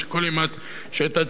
שהיתה צריכה לנקות את התנור,